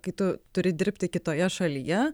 kai tu turi dirbti kitoje šalyje